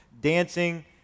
dancing